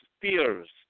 fears